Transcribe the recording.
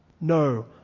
No